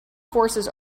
forces